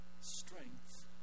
strength